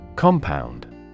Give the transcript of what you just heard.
Compound